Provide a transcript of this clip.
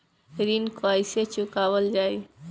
ऋण कैसे चुकावल जाई?